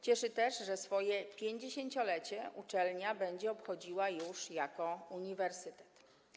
Cieszy też, że swoje 50-lecie uczelnia będzie obchodziła już jako uniwersytet.